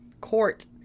court